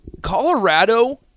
Colorado